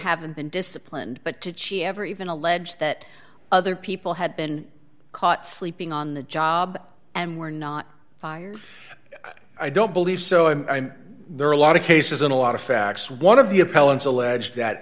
haven't been disciplined but to cheat ever even allege that other people had been caught sleeping on the job and were not fired i don't believe so i mean there are a lot of cases in a lot of facts one of the